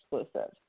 exclusive